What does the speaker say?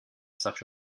such